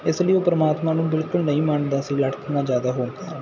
ਇਸ ਲਈ ਉਹ ਪਰਮਾਤਮਾ ਨੂੰ ਬਿਲਕੁਲ ਨਹੀਂ ਮੰਨਦਾ ਸੀ ਲੜਕੀਆਂ ਜ਼ਿਆਦਾ ਹੋਣ ਕਾਰਨ